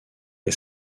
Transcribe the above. est